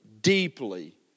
deeply